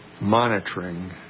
monitoring